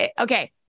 Okay